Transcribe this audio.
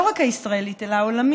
לא רק הישראלית אלא העולמית.